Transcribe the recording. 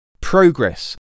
progress